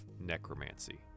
necromancy